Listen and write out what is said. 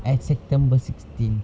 at september sixteen